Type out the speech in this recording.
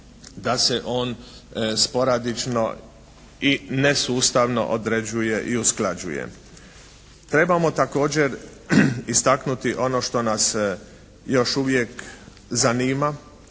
da se on sporadično i nesustavno određuje i usklađuje. Trebamo također istaknuti ono što nas još uvijek zanima,